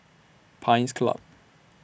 Pines Club